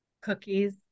Cookies